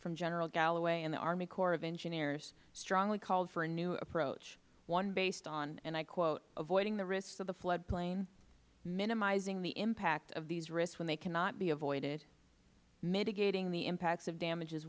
from general galloway and the army corps of engineers strongly called for a new approach one based on and i quote avoiding the risks to the flood plain minimizing the impact of these risks when they cannot be avoided mitigating the impacts of damages